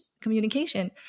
communication